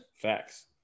Facts